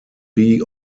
prix